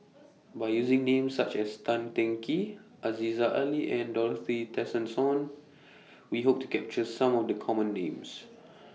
By using Names such as Tan Teng Kee Aziza Ali and Dorothy Tessensohn We Hope to capture Some of The Common Names